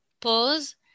Pause